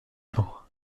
pain